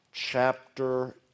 chapter